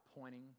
pointing